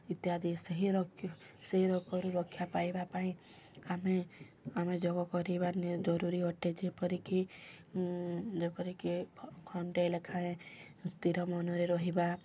ଇତ୍ୟାଦି ସେହି ରୋଗ ସେହି ରୋଗରୁ ରକ୍ଷା ପାଇବା ପାଇଁ ଆମେ ଆମେ ଯୋଗ କରିବା ଜରୁରୀ ଅଟେ ଯେପରିକି ଯେପରିକି ଖଣ୍ଡେ ଲେଖାଏଁ ସ୍ଥିର ମନରେ ରହିବା